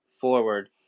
forward